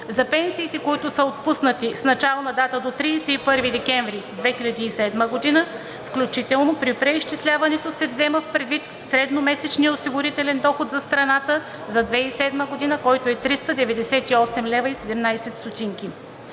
За пенсиите, които са отпуснати с начална дата до 31 декември 2007 г., включително при преизчисляването се взема предвид средномесечният осигурителен доход за страната за 2007 г., който е 398,17 лв.